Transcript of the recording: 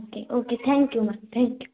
okay okay thank you ma'am thank you